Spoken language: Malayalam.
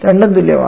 രണ്ടും തുല്യമാണ്